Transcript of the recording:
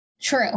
True